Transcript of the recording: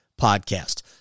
podcast